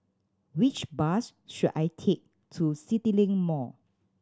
which bus should I take to CityLink Mall